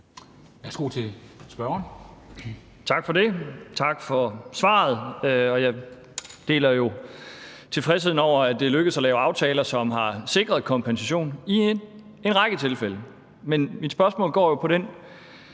Schack Pedersen (V): Tak for det. Og tak for svaret. Jeg deler jo tilfredsheden over, at det er lykkedes at lave aftaler, som har sikret kompensation i en række tilfælde. Men mit spørgsmål går på den